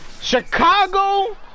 Chicago